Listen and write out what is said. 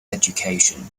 education